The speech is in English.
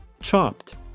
chopped